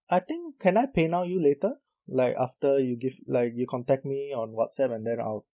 I think can I paynow you later like after you give like you contact me on whatsapp and then I'll